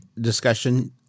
discussion